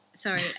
Sorry